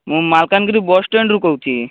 ମୁଁ ମାଲକାନଗିରି ବସ୍ଷ୍ଟାଣ୍ଡ ରୁ କହୁଛି